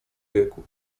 wieku